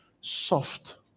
soft